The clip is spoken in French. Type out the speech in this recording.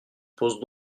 pose